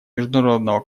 международного